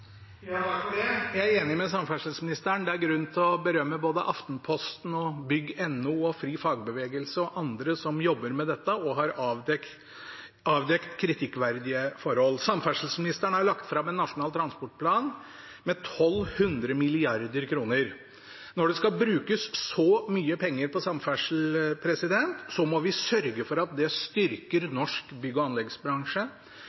Jeg er enig med samferdselsministeren: Det er grunn til å berømme både Aftenposten, bygg.no, FriFagbevegelse og andre som jobber med dette, og som har avdekket kritikkverdige forhold. Samferdselsministeren har lagt fram en nasjonal transportplan med 1 200 mrd. kr. Når det skal brukes så mye penger på samferdsel, må vi sørge for at det styrker